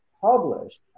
published